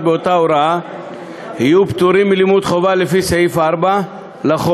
באותה הוראה יהיו פטורים מלימוד חובה לפי סעיף 4 לחוק,